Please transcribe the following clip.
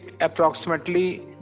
approximately